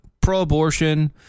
pro-abortion